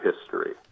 history